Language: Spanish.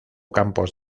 campos